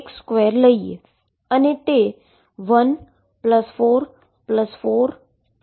તો આપણે ⟨x2⟩ લઈએ